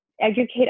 educate